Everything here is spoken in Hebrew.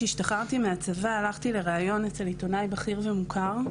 כשהשתחררתי מהצבא הלכתי לראיון אצל עיתונאי בכיר ומוכר,